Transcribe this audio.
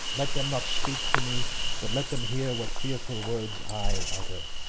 let them not speak to me but let them hear what fearful words i utter.